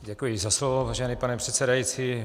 Děkuji za slovo, vážený pane předsedající.